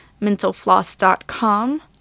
mentalfloss.com